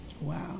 Wow